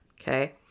Okay